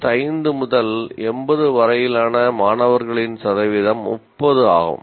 65 முதல் 80 வரையிலான மாணவர்களின் சதவீதம் 30 ஆகும்